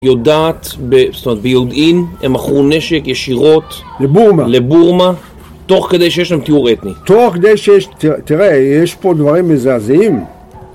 יודעת, זאת אומרת ביודעין, הם מכרו נשק ישירות לבורמה תוך כדי שיש להם טיהור אתני תוך כדי שיש, תראה, יש פה דברים מזעזעים